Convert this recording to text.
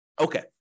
Okay